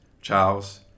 Charles